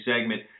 segment